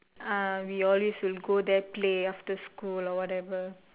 ah we always will go there play after school or whatever